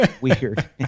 weird